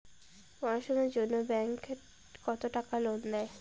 পড়াশুনার জন্যে ব্যাংক কত টাকা লোন দেয়?